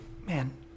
Man